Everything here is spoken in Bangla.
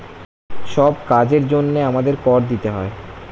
সব কাজের জন্যে আমাদের কর দিতে হয়